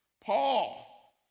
Paul